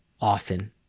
often